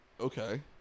Okay